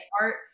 art